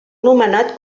nomenat